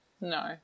No